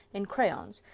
in crayons,